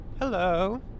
Hello